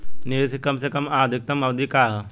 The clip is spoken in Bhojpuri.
निवेश के कम से कम आ अधिकतम अवधि का है?